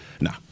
No